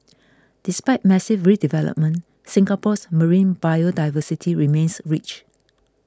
despite massive redevelopment Singapore's marine biodiversity remains rich